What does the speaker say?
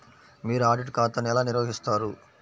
మీరు ఆడిట్ ఖాతాను ఎలా నిర్వహిస్తారు?